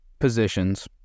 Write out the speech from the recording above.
positions